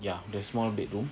ya the small bedroom